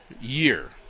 year